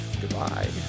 Goodbye